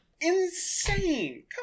Insane